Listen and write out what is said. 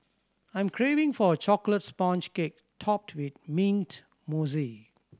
I am craving for a chocolate sponge cake topped with mint mousse